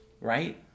right